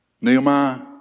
Nehemiah